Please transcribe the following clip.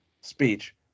...speech